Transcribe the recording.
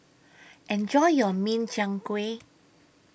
Enjoy your Min Chiang Kueh